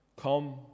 Come